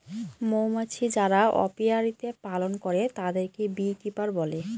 মৌমাছি যারা অপিয়ারীতে পালন করে তাদেরকে বী কিপার বলে